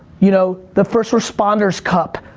you know, the first responders cup.